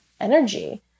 energy